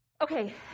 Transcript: Okay